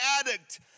addict